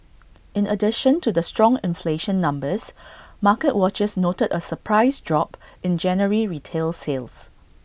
in addition to the strong inflation numbers market watchers noted A surprise drop in January retail sales